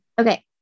Okay